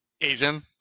Asian